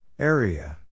Area